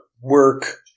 work